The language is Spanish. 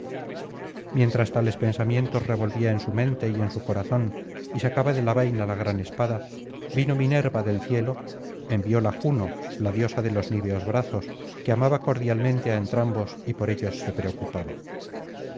mientras tales pensamientos revolvía en su mente y en su corazón y sacaba de la vaina la gran espada vino minerva del cielo envióla juno la diosa de los niveos brazos que amaba cordialmente á entrambos y por ellos se preocupaba